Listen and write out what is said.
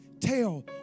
Tell